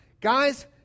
guys